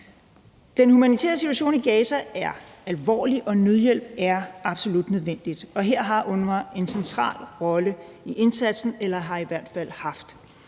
Den humanitære situation i Gaza er alvorlig, og nødhjælp er absolut nødvendigt. Her spiller UNRWA en central rolle i indsatsen eller har i hvert fald gjort